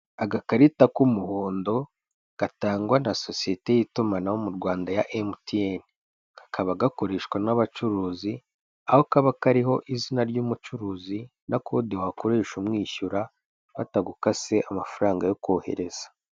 Agakarita k'umuhondo gatangwa na sosiyete y'itumanaho mu Rwanda ya MTN, kakaba gakoreshwa n'abacuruzi, aho kaba kariho izina ry'umucuruzi n'akodi wakoresha umwishyura batagukase amafaranga yo kohereza.